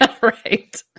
Right